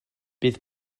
bydd